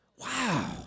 Wow